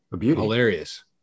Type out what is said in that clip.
hilarious